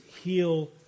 heal